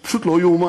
זה פשוט לא ייאמן.